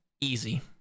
easy